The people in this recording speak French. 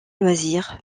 loisir